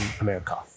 America